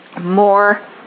more